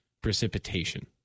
precipitation